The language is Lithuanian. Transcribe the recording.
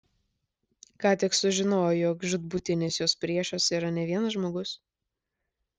ką tik sužinojo jog žūtbūtinis jos priešas yra ne vienas žmogus